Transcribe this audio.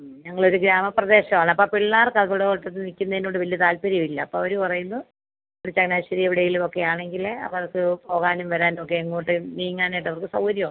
മ്മ് ഞങ്ങൾ ഒരു ഗ്രാമപ്രദേശമാണ് അപ്പോൾ പിള്ളേർക്ക് അവിടെ ഒട്ടും നിൽക്കുന്നതിനോട് വലിയ താത്പര്യം ഇല്ല അപ്പോൾ അവർ പറയുന്നു ഒരു ചങ്ങനാശ്ശേരി എവിടെയെങ്കിലും ഒക്കെയാണെങ്കിൽ അവർക്ക് പോവാനും വരാനും ഒക്കെ എങ്ങോട്ട് നീങ്ങാനായിട്ട് അവർക്ക് സൗകര്യം ഉണ്ട്